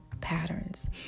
patterns